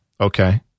Okay